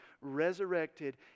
resurrected